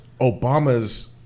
Obama's